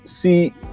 see